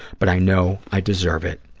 but i know i deserve it.